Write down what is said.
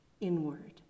inward